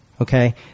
okay